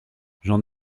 j’en